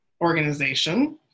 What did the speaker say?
organization